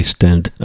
Stand